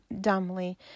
dumbly